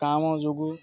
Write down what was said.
କାମ ଯୋଗୁଁ